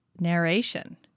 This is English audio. narration